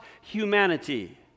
humanity